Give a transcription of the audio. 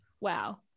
Wow